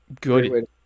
good